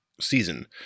season